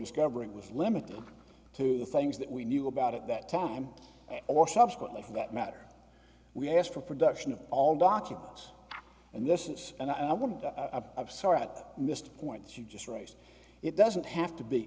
discovering was limited to the things that we knew about at that time or subsequently for that matter we asked for production of all documents and this is and i would have sort of missed the point you just raised it doesn't have to be